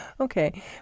Okay